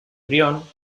brión